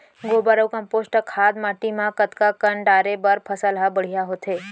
गोबर अऊ कम्पोस्ट खाद माटी म कतका कन डाले बर फसल ह बढ़िया होथे?